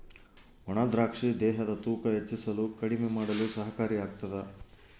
ಒಣ ದ್ರಾಕ್ಷಿ ದೇಹದ ತೂಕ ಹೆಚ್ಚಿಸಲು ಕಡಿಮೆ ಮಾಡಲು ಸಹಕಾರಿ ಆಗ್ತಾದ